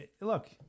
look